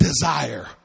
Desire